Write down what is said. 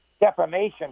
defamation